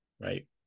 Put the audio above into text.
Right